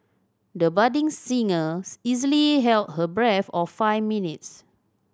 the budding singer easily held her breath or five minutes